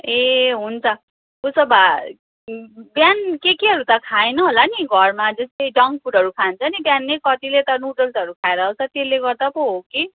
ए हुन्छ उसो भए बिहान के केहरू त खाएन होला नि घरमा जस्तै जङ्क फुडहरू खान्छ नि बिहानै कतिले त नुडल्सहरू खाएर आउँछ त्यसले गर्दा पो हो कि